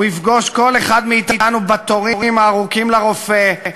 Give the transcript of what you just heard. הוא יפגוש כל אחד מאתנו בתורים הארוכים לרופא,